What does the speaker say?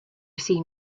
seen